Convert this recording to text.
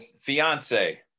fiance